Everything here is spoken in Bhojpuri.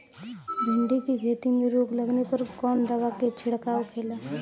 भिंडी की खेती में रोग लगने पर कौन दवा के छिड़काव खेला?